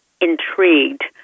intrigued